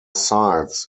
sides